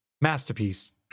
Masterpiece